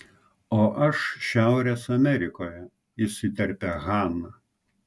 o aš šiaurės amerikoje įsiterpia hana